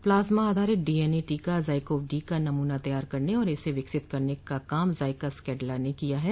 plasma आधारित D N A टीका ZyCoV D का नमूना तैयार करने और इसे विकसित करने का काम जाइडस कैडिला ने किया है